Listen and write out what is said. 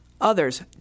others